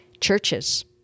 Churches